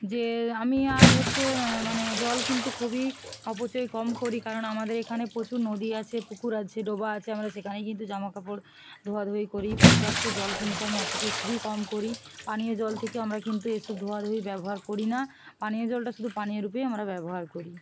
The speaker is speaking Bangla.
যে আমি আর হচ্ছে মানে জল কিন্তু খুবই অপচয় কম করি কারণ আমাদের এখানে প্রচুর নদী আছে পুকুর আছে ডোবা আছে আমরা সেখানেই কিন্তু জামাকাপড় ধোয়াধুয়ি করি পর্যাপ্ত জল কিন্তু আমি অপচয় খুবই কম করি পানীয় জল থেকে আমরা কিন্তু এসব ধোয়াধুয়ি ব্যবহার করি না পানীয় জলটা শুধু পানীয় রূপেই আমরা ব্যবহার করি